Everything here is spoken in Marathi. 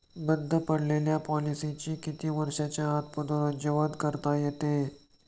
बंद पडलेल्या पॉलिसीचे किती वर्षांच्या आत पुनरुज्जीवन करता येते?